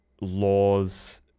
laws